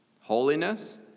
Holiness